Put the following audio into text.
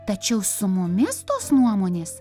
tačiau su mumis tos nuomonės